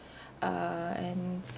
uh and